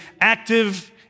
active